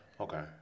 Okay